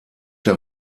der